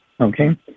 Okay